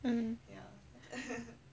mm